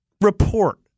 report